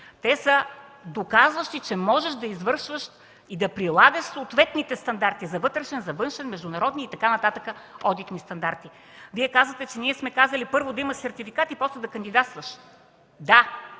те са доказващи, че можеш да извършваш и да прилагаш съответните стандарти за външен, вътрешен, международни и така нататък одити. Вие казахте, че ние сме казали първо да има сертификат и после да кандидатстваш. Да,